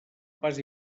pas